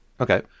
okay